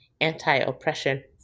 anti-oppression